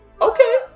Okay